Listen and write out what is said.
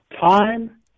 time